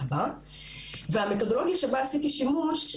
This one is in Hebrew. המתודולוגיה שבה עשיתי שימוש,